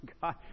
God